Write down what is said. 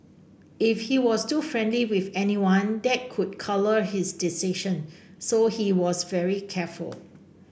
if he was too friendly with anyone that could colour his decision so he was very careful